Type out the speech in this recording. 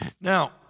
now